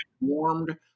warmed